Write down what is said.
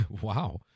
Wow